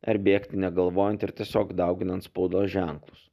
ar bėgti negalvojant ir tiesiog dauginant spaudos ženklus